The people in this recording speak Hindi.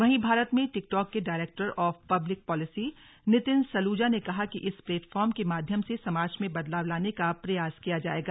वहीं भारत में टिकटॉक के director of public policy Nitin Saluja ने कहा कि इस प्लेटफॉर्म के माध्यम से समाज में बदलाव लाने का प्रयास किया जाएगा